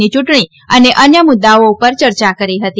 ની ચૂંટણી અને અન્ય મુદ્દાઓ ઉપર ચર્ચા કરી હતી